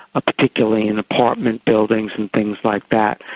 ah particularly in apartment buildings and things like that.